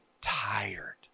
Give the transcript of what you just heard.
tired